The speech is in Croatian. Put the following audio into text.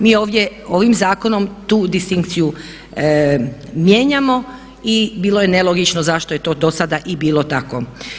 Mi ovdje ovim zakonom tu distinkciju mijenjamo i bilo je nelogično zašto je to do sada i bilo tako.